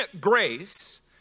grace